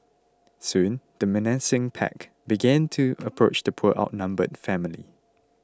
soon the menacing pack began to approach the poor outnumbered family